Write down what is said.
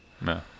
No